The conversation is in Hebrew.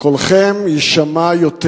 שקולכם יישמע יותר.